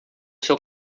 seu